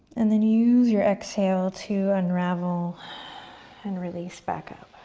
and then you use your exhale to unravel and release back up.